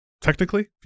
Technically